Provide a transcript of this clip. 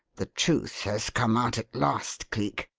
the truth has come out at last, cleek.